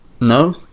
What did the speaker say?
No